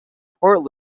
port